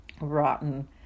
rotten